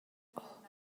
اوه